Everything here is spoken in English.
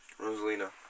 Rosalina